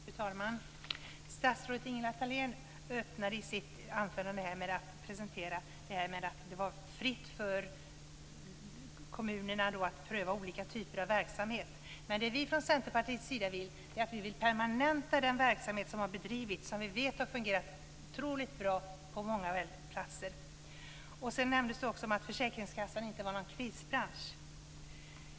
Fru talman! Statsrådet Ingela Thalén öppnade sitt anförande med att presentera att det var fritt för kommunerna att pröva olika typer av verksamhet. Men från Centerpartiets sida vill vi permanenta den verksamhet som har bedrivits och som vi vet har fungerat otroligt bra på många platser. Sedan sades det också att försäkringskassan inte var någon krisbransch.